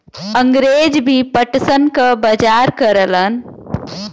अंगरेज भी पटसन क बजार करलन